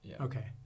Okay